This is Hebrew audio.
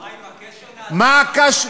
חיים, הקשר נעשה בהצעת החוק.